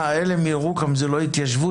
אלה מירוחם זה לא התיישבות?